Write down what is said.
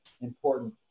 important